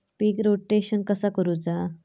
पीक rotation कसा करूचा?